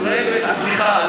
ישראל ביתנו, סליחה.